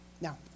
now